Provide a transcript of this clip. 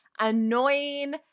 annoying